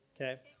Okay